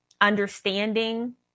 understanding